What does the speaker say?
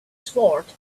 sword